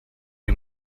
you